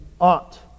ought